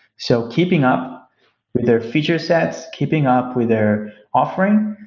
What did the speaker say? so keeping up their feature sets, keeping up with their offering,